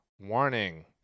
warning